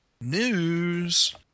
News